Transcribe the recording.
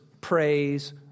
praise